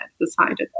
decided